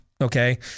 Okay